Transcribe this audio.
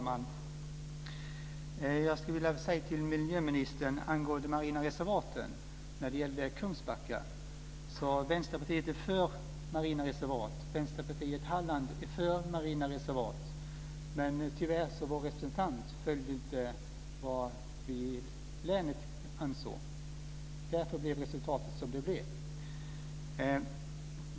Fru talman! Jag skulle angående marina reservat i Kungsbacka vilja säga till miljöministern att Vänsterpartiet i Halland är för marina reservat. Men tyvärr följde inte vår representant vad vi i länet ansåg. Därför blev resultatet som det blev.